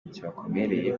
kibakomereye